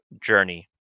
journey